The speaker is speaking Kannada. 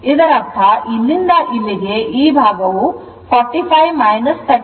ಇದರರ್ಥ ಇಲ್ಲಿಂದ ಇಲ್ಲಿಗೆ ಈ ಭಾಗವು 45 39